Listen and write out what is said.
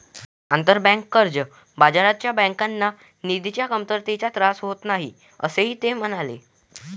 आंतरबँक कर्ज बाजारात बँकांना निधीच्या कमतरतेचा त्रास होत नाही, असेही ते म्हणाले